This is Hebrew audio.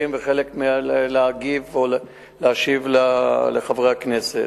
ועל חלק להגיב או להשיב לחברי הכנסת.